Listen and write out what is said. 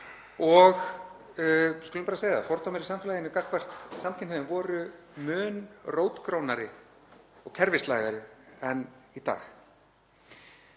við skulum bara segja það, fordómar í samfélaginu gagnvart samkynhneigðum voru mun rótgrónari og kerfislægari en í dag.